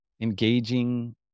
engaging